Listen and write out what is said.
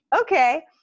Okay